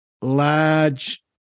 large